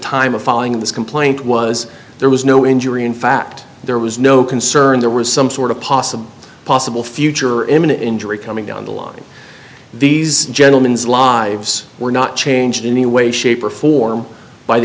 time of following this complaint was there was no injury in fact there was no concern there was some sort of possible possible future eminent injury coming down the line these gentlemens lives were not changed in any way shape or form by the